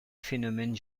phénomène